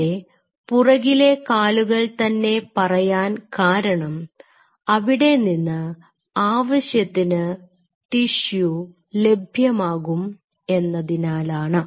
ഇവിടെ പുറകിലെ കാലുകൾ തന്നെ പറയാൻ കാരണം അവിടെനിന്ന് ആവശ്യത്തിന് ടിഷ്യു ലഭ്യമാകും എന്നതിനാലാണ്